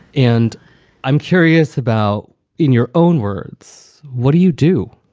and i'm curious about in your own words. what do you do?